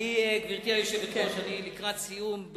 גברתי היושבת-ראש, אני לקראת סיום.